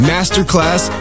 Masterclass